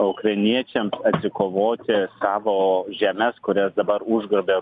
ukrainiečiams atsikovoti savo žemes kurias dabar užgrobė